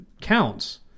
counts